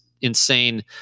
insane